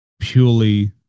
purely